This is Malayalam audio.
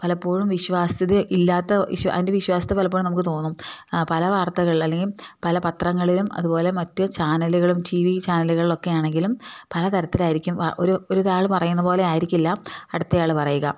പലപ്പോഴും വിശ്വാസ്യത ഇല്ലാത്ത അതിൻ്റെ വിശ്വാസ്യത പലപ്പോഴും നമുക്ക് തോന്നും പല വാർത്തകളിൽ അല്ലെങ്കിൽ പല പത്രങ്ങളിലും അതുപോലെ മറ്റു ചാനലുകളും ടിവി ചാനലുകളിലൊക്കെ ആണെങ്കിലും പല തരത്തിലായിരിക്കും ഒരു ഒരാൾ പറയുന്ന പോലെ ആയിരിക്കില്ല അടുത്ത ആൾ പറയുക